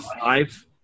five